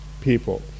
people